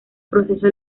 proceso